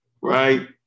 right